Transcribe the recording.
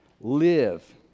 live